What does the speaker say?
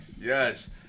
yes